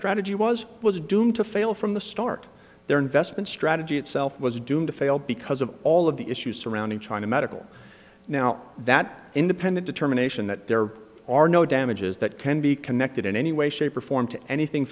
strategy was it was doomed to fail from the start their investment strategy itself was doomed to fail because of all of the issues surrounding china medical now that independent determination that there are no damages that can be connected in any way shape or form to anything